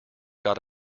got